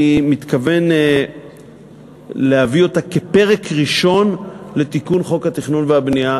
אני מתכוון להביא אותה כפרק ראשון לתיקון חוק התכנון והבנייה.